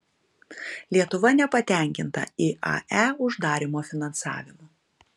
lietuva nepatenkinta iae uždarymo finansavimu